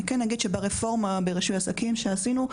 ברפורמה ברישוי העסקים שעשינו,